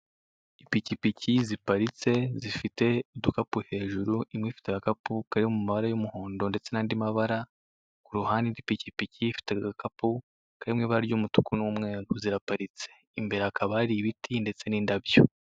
Ipikipiki ziparitse zifite udukapu hejuru imwe ifite agakapu kari mu mabara y'umuhondo ndetse n'andi mabara, kuruhande hari ipikipiki ifite agakapu kari mu ibara ry'umutuku n'umweru ziraparitse. Imbere hakaba hari ibiti ndetse n'indabyo.